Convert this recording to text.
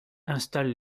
installe